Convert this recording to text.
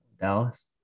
Dallas